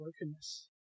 brokenness